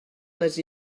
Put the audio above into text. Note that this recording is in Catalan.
les